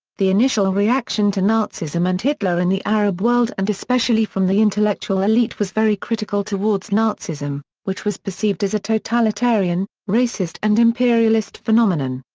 the initial reaction to nazism and hitler in the arab world and especially from the intellectual elite was very critical towards nazism, which was perceived as a totalitarian, racist and imperialist phenomenon.